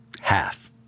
half